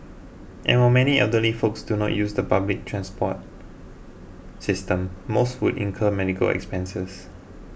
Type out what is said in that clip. and while many elderly folks do not use the public transport system most would incur medical expenses